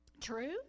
True